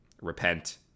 Repent